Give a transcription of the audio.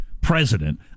president